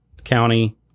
County